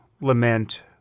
lament